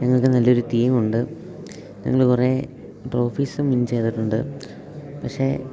ഞങ്ങൾക്ക് നല്ലൊരു ടീമുണ്ട് ഞങ്ങള് കുറെ ട്രോഫീസും വിൻ ചെയ്തിട്ടുണ്ട് പക്ഷേ